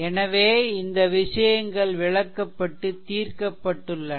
எனவே இந்த விஷயங்கள் விளக்கப்பட்டு தீர்க்கப்பட்டுள்ளன